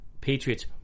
Patriots